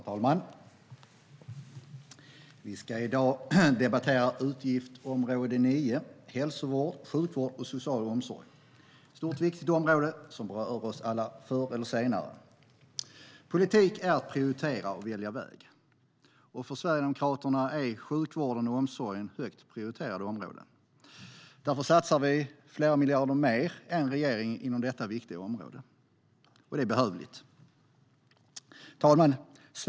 Herr talman! Vi ska i dag debattera utgiftsområde 9, Hälsovård, sjukvård och social omsorg. Det är ett stort och viktigt område som berör oss alla förr eller senare. Politik är att prioritera och välja väg. För Sverigedemokraterna är sjukvården och omsorgen högt prioriterade områden. Därför satsar vi flera miljarder mer än regeringen inom detta viktiga område. Det är behövligt. Herr talman!